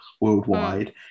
worldwide